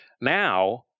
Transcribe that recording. now